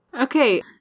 Okay